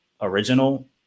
original